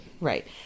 right